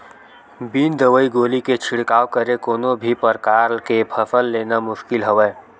बिन दवई गोली के छिड़काव करे कोनो भी परकार के फसल लेना मुसकिल हवय